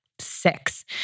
six